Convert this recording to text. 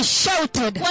shouted